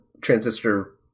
Transistor